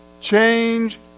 Change